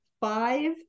five